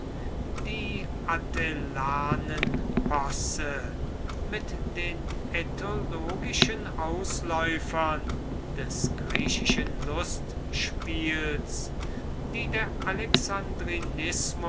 die atellanenposse mit den ethologischen ausläufern des griechischen lustspiels die der